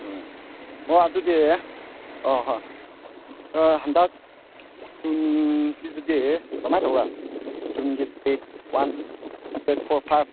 ꯎꯝ ꯑꯣ ꯑꯗꯨꯗꯤ ꯑꯣ ꯍꯣ ꯑꯥ ꯍꯟꯗꯛ ꯎꯝ ꯁꯤꯗꯗꯤ ꯀꯃꯥꯏ ꯇꯧꯕ ꯖꯨꯟꯒꯤ ꯗꯦꯗ ꯋꯥꯟ ꯗꯦꯗ ꯐꯣꯔ ꯐꯥꯏꯕ